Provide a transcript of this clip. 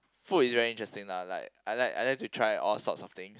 food is very interesting lah like I like I like to try all sorts of things